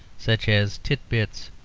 such as tit-bits,